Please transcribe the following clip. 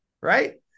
right